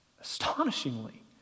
astonishingly